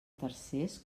tercers